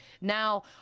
now